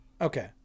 Okay